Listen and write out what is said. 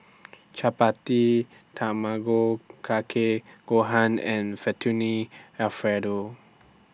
Chapati Tamago Kake Gohan and Fettuccine Alfredo